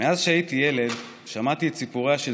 מאז שהייתי ילד שמעתי את סיפוריה של